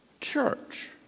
Church